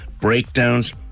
breakdowns